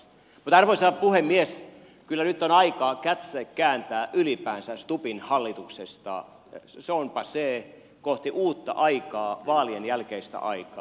mutta arvoisa puhemies kyllä nyt on aika kääntää katse ylipäänsä stubbin hallituksesta se on passe kohti uutta aikaa vaalien jälkeistä aikaa